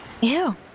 Ew